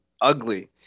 ugly